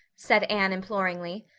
said anne imploringly.